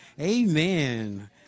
Amen